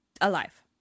Alive